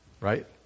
Right